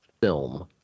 film